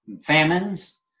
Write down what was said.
famines